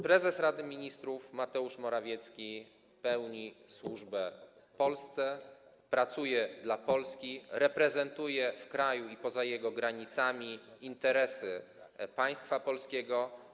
Prezes Rady Ministrów Mateusz Morawiecki pełni służbę Polsce, pracuje dla Polski, reprezentuje w kraju i poza jego granicami interesy państwa polskiego.